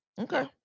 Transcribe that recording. Okay